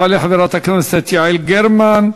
תעלה חברת הכנסת יעל גרמן.